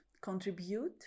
contribute